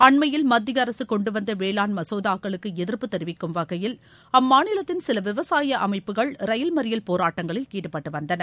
அண்மையில் மத்திய அரசு கொண்டுவந்த வேளாண் மசோதாக்களுக்கு எதிர்ப்பு தெரிவிக்கும் வகையில் அம்மாநிலத்தின் சில விவசாய அமைப்புகள் ரயில் மறியல் போராட்டங்களில் ஈடுபட்டு வந்தன